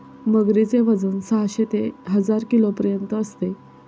मगरीचे वजन साहशे ते हजार किलोपर्यंत असते